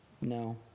No